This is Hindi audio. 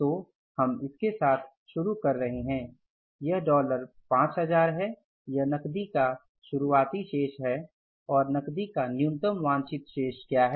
तो हम इसके साथ शुरू कर रहे हैं यह डॉलर 5000 है यह नकदी का शुरुआती शेष है और नकदी का न्यूनतम वांछित शेष क्या है